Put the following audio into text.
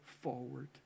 forward